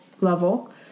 level